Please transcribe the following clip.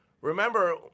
Remember